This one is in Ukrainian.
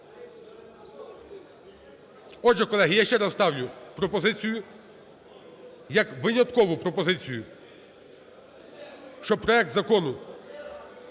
Отже, колеги, я ще раз ставлю пропозицію, як виняткову пропозицію, щоб проект закону